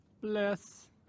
Bless